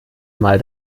mal